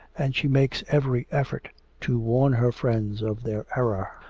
and she makes every effort to warn her friends of their error.